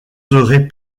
serez